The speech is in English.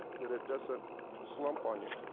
that it doesn't slump on you.